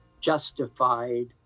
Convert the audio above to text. justified